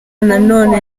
nanone